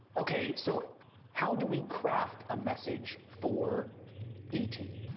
okay, so how do we craft a message for e t?